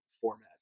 format